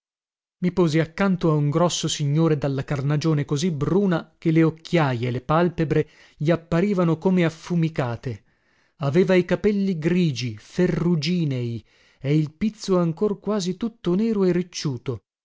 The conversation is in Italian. posi accanto a un grosso signore dalla carnagione così bruna che le occhiaje e le palpebre gli apparivano come affumicate aveva i capelli grigi ferruginei e il pizzo ancor quasi tutto nero e ricciuto